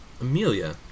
Amelia